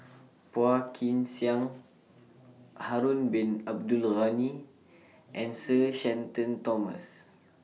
Phua Kin Siang Harun Bin Abdul Ghani and Sir Shenton Thomas